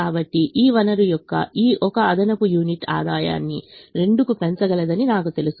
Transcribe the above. కాబట్టి ఈ వనరు యొక్క ఈ 1 అదనపు యూనిట్ ఆదాయాన్ని 2 కు పెంచగలదని నాకు తెలుసు